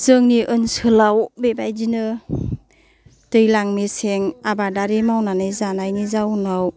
जोंनि ओनसोलाव बेबायदिनो दैज्लां मेसें आबादारि मावनानै जानायनि जाउनाव